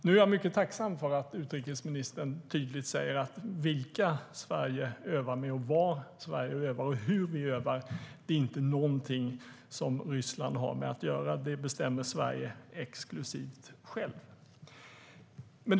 Nu är jag mycket tacksam för att utrikesministern tydligt säger att vilka Sverige övar med, var Sverige övar och hur Sverige övar inte är något som Ryssland har med att göra. Det bestämmer Sverige exklusivt självt.